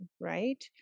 right